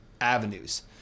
avenues